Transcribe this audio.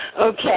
Okay